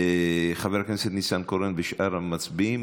חבר הכנסת ניסנקורן ושאר המצביעים,